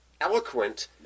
eloquent